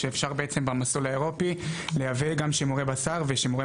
שאפשר בעצם במסלול האירופי לייבא גם שימורי בשר ושימורי